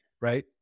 Right